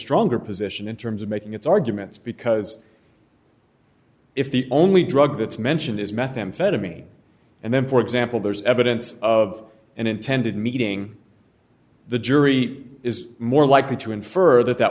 stronger position in terms of making its arguments because if the only drug that's mentioned is methamphetamine and then for example there's evidence of an intended meeting the jury is more likely to infer that that